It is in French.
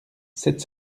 sept